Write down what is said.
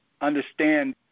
understand